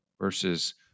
versus